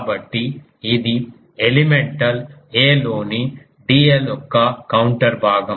కాబట్టి ఇది elemental a లోని dl యొక్క కౌంటర్ భాగం